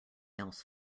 else